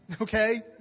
okay